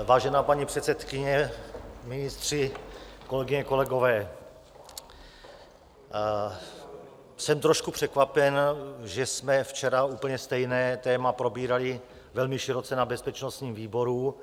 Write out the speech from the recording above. Vážená paní předsedkyně, ministři, kolegyně, kolegové, jsem trošku překvapen, že jsme včera úplně stejné téma probírali velmi široce na bezpečnostním výboru.